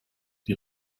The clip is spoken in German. die